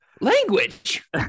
language